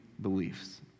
beliefs